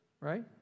Right